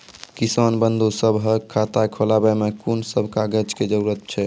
किसान बंधु सभहक खाता खोलाबै मे कून सभ कागजक जरूरत छै?